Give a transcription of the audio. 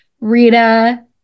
Rita